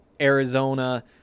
Arizona